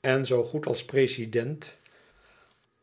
en zoo goed als prezident